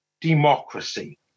democracy